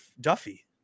Duffy